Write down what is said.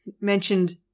mentioned